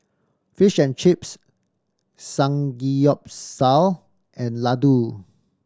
Fish and Chips Samgeyopsal and Ladoo